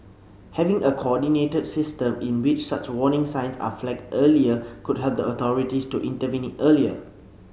having a coordinated system in which such warning signs are flagged earlier could help the authorities to intervene earlier